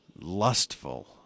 lustful